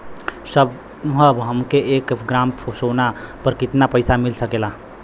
साहब हमके एक ग्रामसोना पर कितना पइसा मिल सकेला?